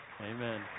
Amen